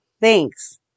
Thanks